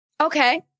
Okay